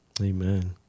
Amen